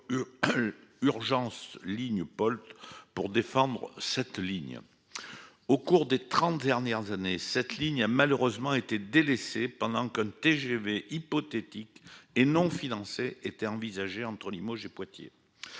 Urgence Ligne Polt pour défendre cette ligne. Au cours des trente dernières années, cette ligne a malheureusement été délaissée pendant qu'un TGV hypothétique- et non financé ! -était envisagé entre Limoges et Poitiers.